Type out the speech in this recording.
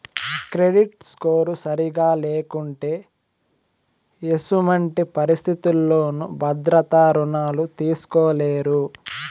credit score సరిగా లేకుంటే ఎసుమంటి పరిస్థితుల్లోనూ భద్రత రుణాలు తీస్కోలేరు